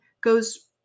goes